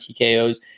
TKOs